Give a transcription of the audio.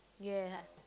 ya